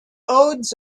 odes